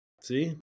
see